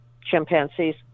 chimpanzees